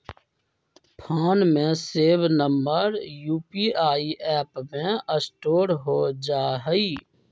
phone में save number UPI app में store हो जा हई